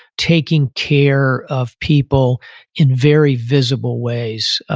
taking care of people in very visible ways.